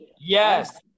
Yes